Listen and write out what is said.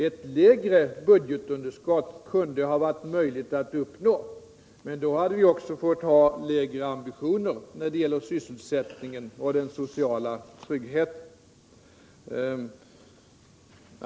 Ett mindre budgetunderskott skulle varit möjligt att uppnå, men då hade vi fått ha lägre ambitioner när det gäller sysselsättningen och den sociala tryggheten.